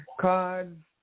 cards